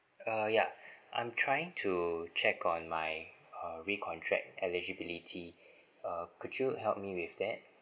uh ya I'm trying to check on my uh recontract eligibility uh could you help me with that